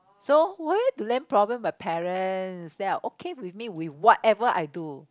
so where to land problems with my parents they are okay with me with whatever I do